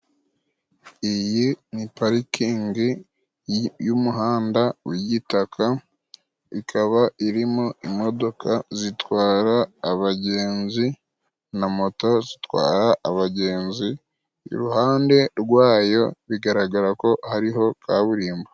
Iyi ni parikingi y'umuhanda w' igitaka ikaba irimo imodoka zitwara abagenzi na moto zitwara abagenzi, iruhande rwayo bigaragara ko hariho kaburimbo.